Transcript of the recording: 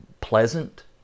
pleasant